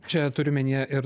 čia turi omenyje ir